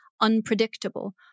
unpredictable